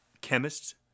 chemist's